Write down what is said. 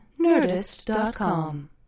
Nerdist.com